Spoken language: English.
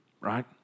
Right